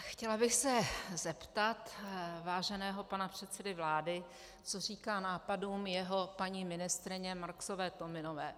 Chtěla bych se zeptat váženého pana předsedy vlády, co říká nápadům své paní ministryně Marksové Tominové.